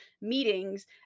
meetings